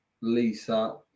Lisa